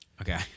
Okay